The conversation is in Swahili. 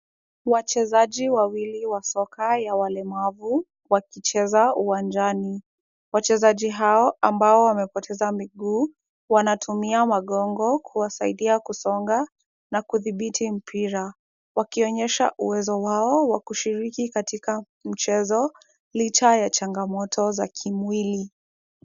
Wachezaji wawili wa soka ya walemavu wakicheza uwanjani. Wachezaji hao ambao wamepoteza miguu wanatumia magongo kuwasaidia kusonga na kudhibiti mpira wakionyesha uwezo wao wa kushiriki katika mchezo licha ya changamoto za kimwili.